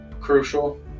crucial